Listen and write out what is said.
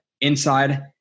inside